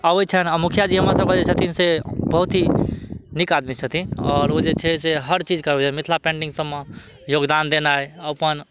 अबय छनि आओर मुखिया जी हमर सबके जे छथिन से बहुत ही नीक आदमी छथिन आओर ओ जे छै से हर चीजके अबय छै मिथिला पेन्टिंग सबमे योगदान देनाइ अपन